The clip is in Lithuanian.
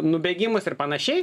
nubėgimus ir panašiai